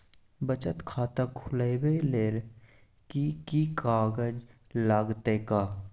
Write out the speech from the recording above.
बचत खाता खुलैबै ले कि की कागज लागतै?